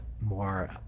more